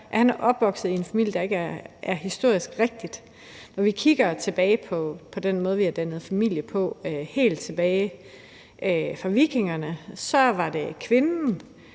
er han så vokset op i en familie, der ikke historisk er rigtig? Vi kan kigge tilbage på den måde, vi har dannet familie på helt tilbage fra vikingerne – dér var det den,